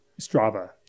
Strava